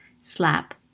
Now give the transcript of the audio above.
slap